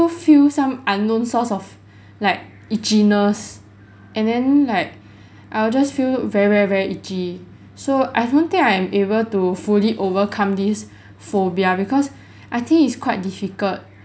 feel some unknown source of like itchiness and then like I will just feel very very very itchy so I don't think I am able to fully overcome this phobia because I think it's quite difficult